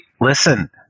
listen